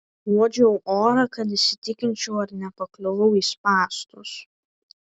uodžiau orą kad įsitikinčiau ar nepakliuvau į spąstus